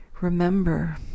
remember